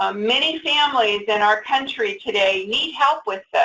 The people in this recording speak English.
ah many families in our country today need help with this,